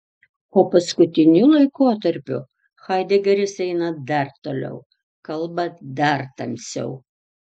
o paskutiniu laikotarpiu haidegeris eina dar toliau kalba dar tamsiau